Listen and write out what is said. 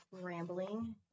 rambling